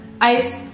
ice